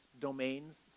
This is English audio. domains